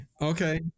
Okay